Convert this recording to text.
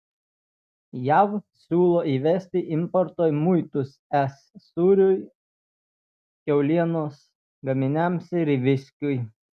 jav siūlo įvesti importo muitus es sūriui kiaulienos gaminiams ir viskiui